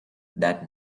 that